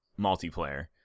multiplayer